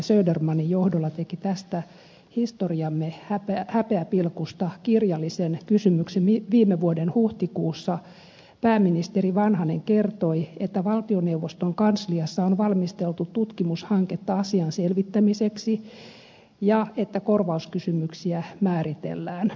södermanin johdolla teki tästä historiamme häpeäpilkusta kirjallisen kysymyksen viime vuoden huhtikuussa pääministeri vanhanen kertoi että valtioneuvoston kansliassa on valmisteltu tutkimushanketta asian selvittämiseksi ja korvauskysymyksiä määritellään